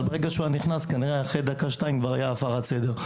אבל כנראה שאחרי דקה-שתיים כבר היתה הפרה סדר.